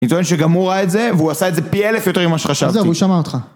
אני טוען שגם הוא ראה את זה, והוא עשה את זה פי אלף יותר ממה שחשבתי. זהו, הוא שמע אותך.